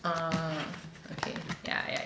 orh okay ya ya